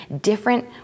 different